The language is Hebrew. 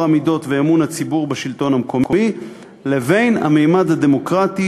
המידות ואמון הציבור בשלטון המקומי לבין הממד הדמוקרטי